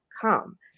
come